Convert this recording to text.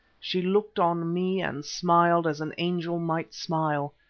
she looked on me and smiled as an angel might smile.